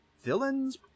villains